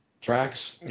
tracks